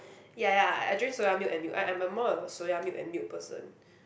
ya ya I drink soya milk and milk I I'm a more a soya milk and milk person